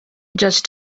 judge